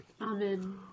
Amen